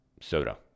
soda